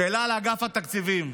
שאלה לאגף התקציבים: